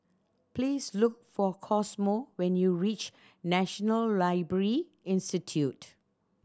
please look for Cosmo when you reach National Library Institute